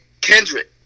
Kendrick